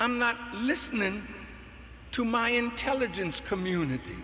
i'm not listening to my intelligence community